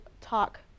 talk